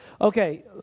Okay